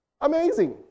Amazing